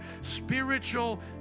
spiritual